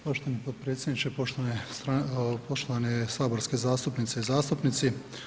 Poštovani potpredsjedniče, poštovane saborske zastupnice i zastupnici.